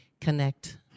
connect